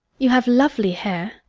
you have lovely hair.